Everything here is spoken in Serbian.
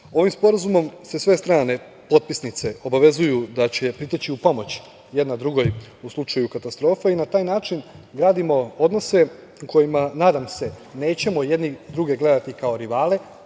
Ovim sporazumom sve strane potpisnice obavezuju da će priteći u pomoć jedna drugoj u slučaju katastrofa, i na taj način gradimo odnose u kojima, nadam se, nećemo jedni druge gledati kao rivale,